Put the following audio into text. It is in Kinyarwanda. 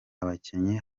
abakinnyi